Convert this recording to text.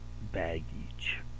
baggage